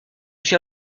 suis